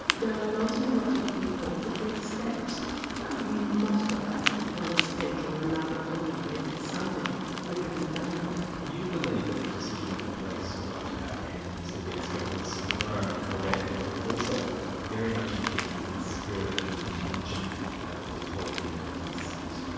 there are lots and lots of people who take steps, probably most of us at one stage or another contemplated something. we haven't done it. you believe that the decision of the police not to apprehend mr veenstra was not only correct, but it was also very much in keeping with the spirit and the intention of the victorian mental health act,